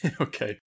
okay